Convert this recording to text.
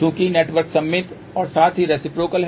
चूंकि नेटवर्क सममित और साथ ही रेसिप्रोकल है